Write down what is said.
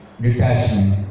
detachment